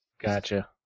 Gotcha